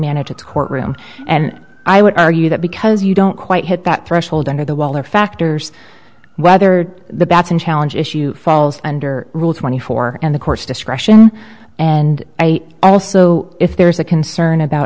manage a courtroom and i would argue that because you don't quite hit that threshold under the wall or factors whether the baton challenge issue falls under rule twenty four and the court's discretion and i also if there is a concern about